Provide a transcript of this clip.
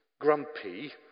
grumpy